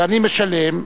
ואני משלם,